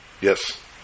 Yes